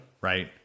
Right